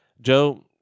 Joe